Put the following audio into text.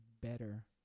better